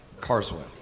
Carswell